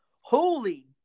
holy